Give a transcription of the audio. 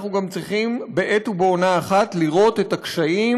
אנחנו צריכים בעת ובעונה אחת גם לראות את הקשיים